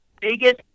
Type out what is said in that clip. biggest